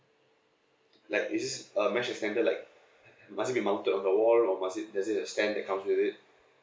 like is this um mesh extender like must it be mounted on the wall or must it does it there's a stand that comes with it